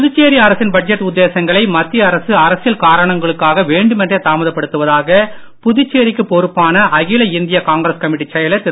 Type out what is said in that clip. புதுச்சேரி அரசின் பட்ஜெட் உத்தேசங்களை மத்திய அரசு அரசியல் காரணங்களுக்காக வேண்டுமென்றே தாமதப்படுத்துவதாக புதுச்சேரிக்கு பொறுப்பான அகில இந்திய காங்கிரஸ் கமிட்டி செயலர் திரு